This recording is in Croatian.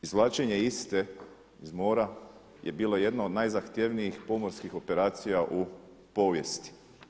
Izvlačenje iste iz mora je bilo jedno od najzahtjevnijih pomorskih operacija u povijesti.